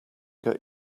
get